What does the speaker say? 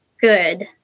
good